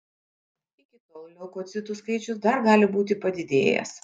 iki tol leukocitų skaičius dar gali būti padidėjęs